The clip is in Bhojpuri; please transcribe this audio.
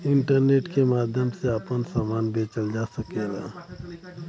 इंटरनेट के माध्यम से आपन सामान बेचल जा सकला